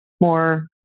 more